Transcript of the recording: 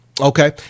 Okay